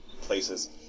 places